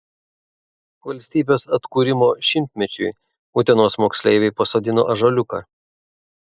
valstybės atkūrimo šimtmečiui utenos moksleiviai pasodino ąžuoliuką